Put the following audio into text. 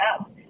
up